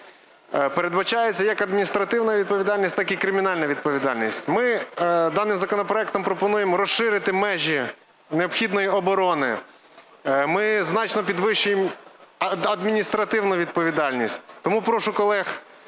передбачається як адміністративна відповідальність, так і кримінальна відповідальність. Ми даним законопроектом пропонуємо розширити межі необхідної оборони, ми значно підвищуємо адміністративну відповідальність. Тому прошу колег